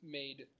made